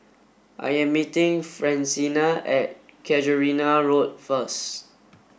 I am meeting Francina at Casuarina Road first